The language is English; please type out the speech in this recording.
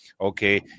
okay